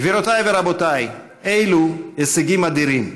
גבירותיי ורבותיי, אלו הישגים אדירים,